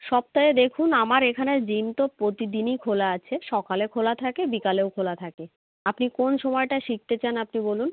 সপ্তাহে দেখুন আমার এখানে জিম তো প্রতিদিনই খোলা আছে সকালে খোলা থাকে বিকালেও খোলা থাকে আপনি কোন সময়টায় শিখতে চান আপনি বলুন